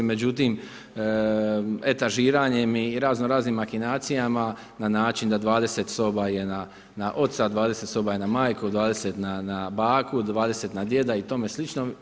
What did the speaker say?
Međutim, etažiranjem i razno raznim makinacijama na način da 20 soba je na ocu, 20 soba je na majci, 20 na baki, 20 na djeda i tome slično.